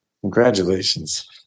Congratulations